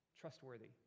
trustworthy